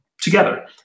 together